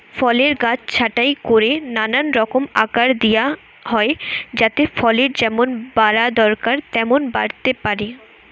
ফলের গাছ ছাঁটাই কোরে নানা রকম আকার দিয়া হয় যাতে ফলের যেমন বাড়া দরকার তেমন বাড়তে পারে